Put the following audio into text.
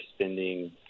spending